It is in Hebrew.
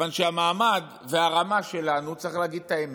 כיוון שהמעמד והרמה שלנו, צריך להגיד את האמת,